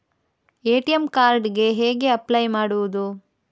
ATM card ಗೆ ಹೇಗೆ apply ಮಾಡುವುದು?